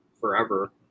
forever